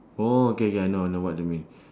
orh okay K I know I know what they mean